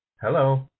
Hello